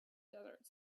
desert